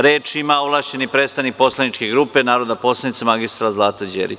Reč ima ovlašćeni predstavnik poslaničke grupe narodna poslanica mr Zlata Đerić.